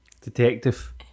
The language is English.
Detective